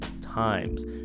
times